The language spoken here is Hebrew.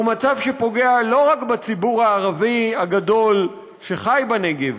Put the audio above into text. הוא מצב שפוגע לא רק בציבור הערבי הגדול שחי בנגב,